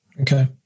Okay